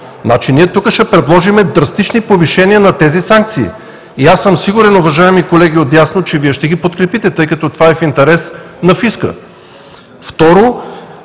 Ние тук ще предложим драстични повишения на тези санкции. И аз съм сигурен, уважаеми колеги отдясно, че Вие ще ги подкрепите, тъй като това е в интерес на фиска.